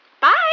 Bye